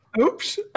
Oops